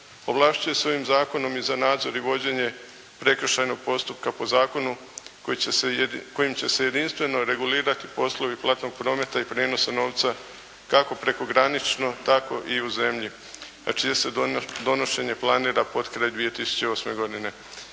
ovlašćuje s ovim zakonom i za nadzor i vođenje prekršajnog postupka po zakonu kojim će se jedinstveno regulirati poslovi platnog prometa i prijenosa novca, kako prekogranično, tako i u zemlji, a čije se donošenje planira potkraj 2008. godine.